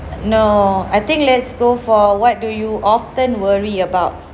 no I think let's go for what do you often worry about